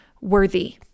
worthy